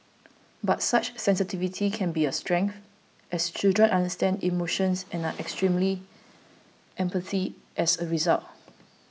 but such sensitivity can be a strength as children understand emotions and are extremely empathy as a result